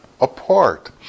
apart